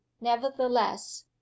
nevertheless